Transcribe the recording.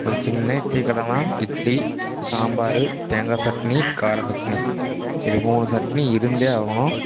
ஒரு சின்ன இட்லி கடைன்னா இட்லி சாம்பார் தேங்காய் சட்னி கார சட்னி இது மூணு சட்னி இருந்தே ஆகணும்